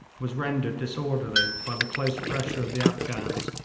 was rendered disorderly by the close pressure of the afghans,